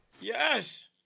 Yes